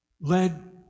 led